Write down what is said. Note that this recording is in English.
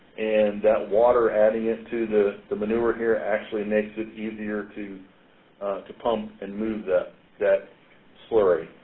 and that water, adding it to the the manure here actually makes it easier to to pump and move that that slurry.